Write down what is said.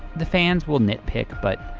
the fans will nit pick but,